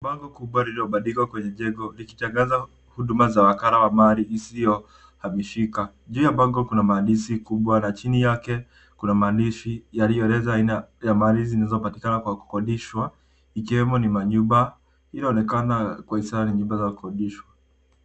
Bango kubwa lililo bandikwa kwenye jengo likitangaza huduma za wakala wa mali isiyohamishika. Juu ya bango kuna maandishi kubwa na chini yake kuna maandishi yaliyo eleza aina ya mali zilizo patikana kwa kukodishwa, ikiwemo ni manyumba inaoneakana kwa hasaa ni manyumba za kukodishwa.